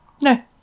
No